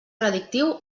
predictiu